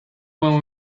when